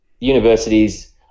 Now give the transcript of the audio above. universities –